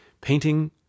Painting